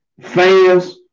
fans